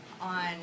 on